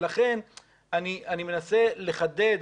אני מנסה לחדד,